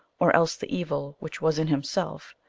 or else the evil which was in himself,